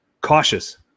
cautious